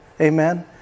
Amen